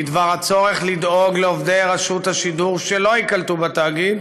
בדבר הצורך לדאוג לעובדי רשות השידור שלא ייקלטו בתאגיד